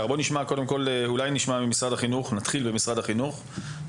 אולי נשמע את משרד החינוך או את העירייה,